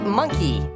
monkey